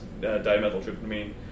dimethyltryptamine